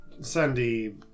Sandy